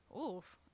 Oof